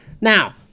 Now